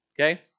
okay